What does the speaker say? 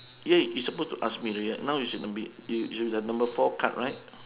ya you suppose to ask me already right now you should be at number four card right